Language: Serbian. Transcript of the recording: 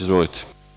Izvolite.